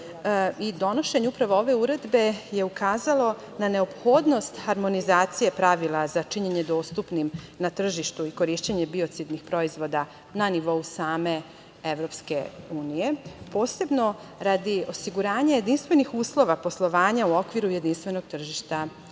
upravo ove uredbe je ukazalo na neophodnost harmonizacije pravila za činjenje dostupnim na tržištu i korišćenje biocidnih proizvoda na nivou same EU, posebno radi osiguranja jedinstvenih uslova poslovanja u okviru jedinstvenog tržišta EU.Kao